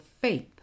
faith